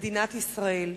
מדינת ישראל.